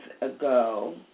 ago